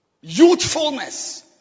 Youthfulness